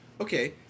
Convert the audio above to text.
okay